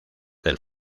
del